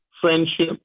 friendship